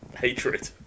Hatred